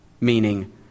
Meaning